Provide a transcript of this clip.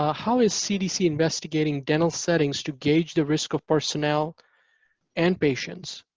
ah how is cdc investigating dental settings to gauge the risk of personnel and patients?